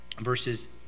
Verses